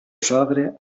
sogre